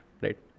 right